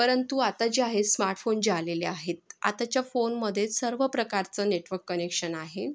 परंतु आता जे आहे स्मार्टफोन जे आलेले आहेत आताच्या फोनमध्ये सर्व प्रकारचं नेटवक कनेक्शन आहे